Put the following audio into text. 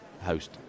host